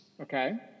Okay